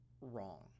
wrong